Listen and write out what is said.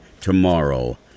tomorrow